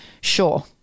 sure